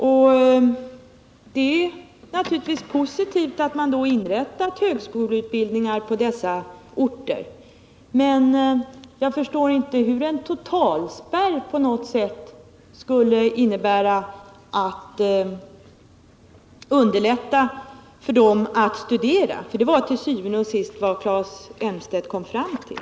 Och det är naturligtvis positivt att man då inrättat högskoleutbildningar på dessa orter, men jag förstår inte hur en totalspärr på något sätt skulle göra det lättare för dem att studera. Det var nämligen til syvende och sidst vad Claes Elmstedt kom fram till!